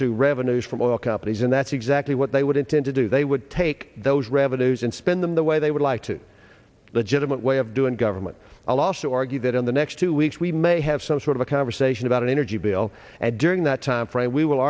to revenues from oil companies and that's exactly what they would intend to do they would take those revenues and spend them the way they would like to legitimate way of doing government i'll also argue that in the next two weeks we may have some sort of a conversation about an energy bill and during that timeframe we will